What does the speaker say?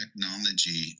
technology